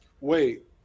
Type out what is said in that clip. Wait